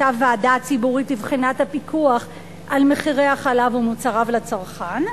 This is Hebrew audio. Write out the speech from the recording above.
אותה ועדה ציבורית לבחינת הפיקוח על מחירי החלב ומוצריו לצרכן,